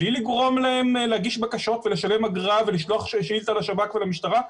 בלי לגרום להם להגיש בקשות ולשלם אגרה ולשלוח שאילתה לשב"כ ולמשטרה,